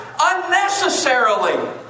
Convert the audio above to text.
unnecessarily